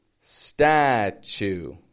Statue